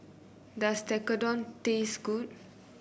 does Tekkadon taste good